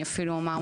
אני אפילו אומר,